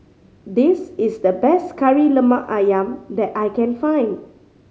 this is the best Kari Lemak Ayam that I can find